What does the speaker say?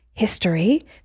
history